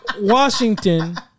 Washington